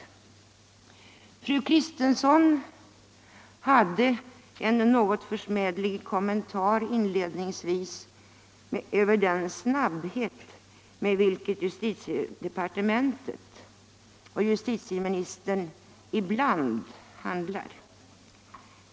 Fru Kristensson gjorde inledningsvis en något försmädlig kommentar om den snabbhet med vilken justitiedepartementet och justitieministern ibland handlar.